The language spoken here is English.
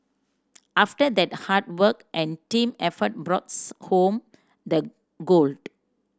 after that hard work and team effort brought home the gold